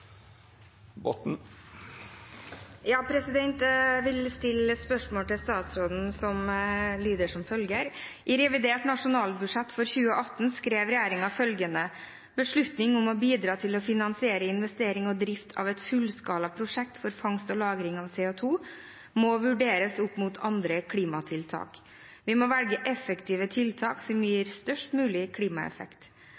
lyder som følger: «I revidert nasjonalbudsjett for 2018 skrev regjeringen følgende: «Beslutning om å bidra til å finansiere investering og drift av et fullskala prosjekt for fangst og lagring av CO 2 må vurderes opp mot andre klimatiltak. Vi må velge effektive tiltak som